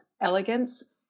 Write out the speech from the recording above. elegance